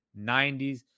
90s